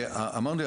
אמרתי,